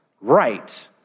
right